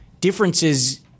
differences